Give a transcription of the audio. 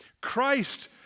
Christ